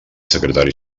secretari